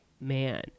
man